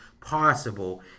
possible